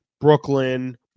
Brooklyn